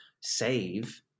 save